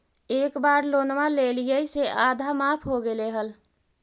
एक बार लोनवा लेलियै से आधा माफ हो गेले हल?